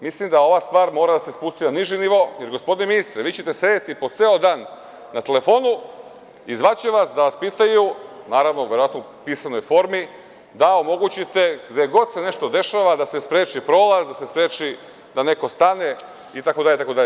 Mislim da ova stvar mora da se spusti na niži nivo, jer gospodine ministre, vi ćete sedeti po ceo dan na telefonu i zvaće vas da vas pitaju, naravno, verovatno, u pisanoj formi, da omogućite gde god se nešto dešava da se spreči prolaz, da se spreči da neko stane itd. itd.